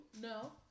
No